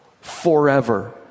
forever